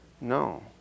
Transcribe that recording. No